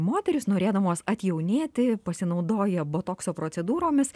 moterys norėdamos atjaunėti pasinaudoja botokso procedūromis